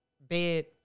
bed